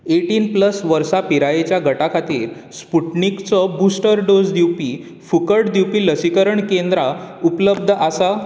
eighteen plus वर्सां पिरायेच्या गटा खातीर स्पुटनिकचो बुस्टर डोज दिवपी फुकट दिवपी लसीकरण केंद्रां उपलब्द आसात